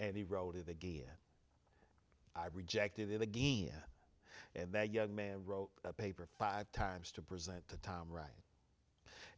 and he wrote it again i rejected it again and they're young man wrote a paper five times to present the time right